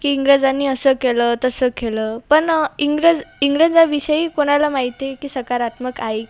की इंग्रजांनी असं केलं तसं केलं पण इंग्रज इंग्रजांविषयी कोणाला माहिती आहे की सकारात्मक आहे